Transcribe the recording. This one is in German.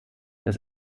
das